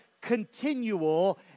continual